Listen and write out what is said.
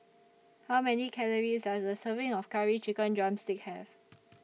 How Many Calories Does A Serving of Curry Chicken Drumstick Have